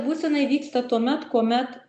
būsena įvyksta tuomet kuomet